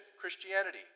Christianity